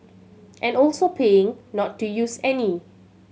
and also paying not to use any